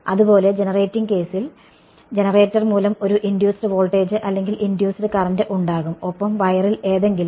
അതുപോലെ ജനറേറ്റിംഗ് കേസിൽ ജനറേറ്റർ മൂലം ഒരു ഇൻഡ്യൂസ്ഡ് വോൾട്ടേജ് അല്ലെങ്കിൽ ഇൻഡ്യൂസ്ഡ് കറന്റ് ഉണ്ടാകും ഒപ്പം വയറിൽ എന്തെങ്കിലും